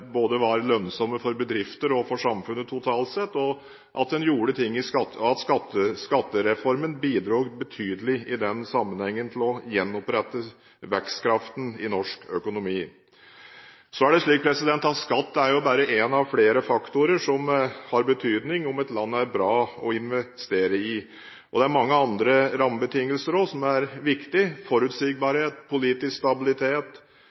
var lønnsomme både for bedrifter og for samfunnet totalt sett, og fordi skattereformen bidro betydelig i den sammenhengen til å gjenopprette vekstkraften i norsk økonomi. Så er det slik at skatt jo bare er én av flere faktorer som har betydning for om et land er bra å investere i. Det er mange andre rammebetingelser som også er viktige: Forutsigbarhet, politisk stabilitet,